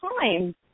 time